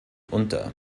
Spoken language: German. unter